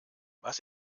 was